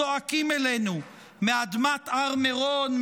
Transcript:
זועקים אלינו מאדמת הר מירון,